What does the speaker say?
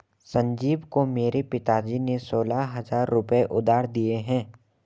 संजीव को मेरे पिताजी ने सोलह हजार रुपए उधार दिए हैं